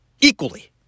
Equally